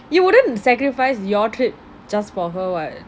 you wouldn't sacrifice your trip just for her [what]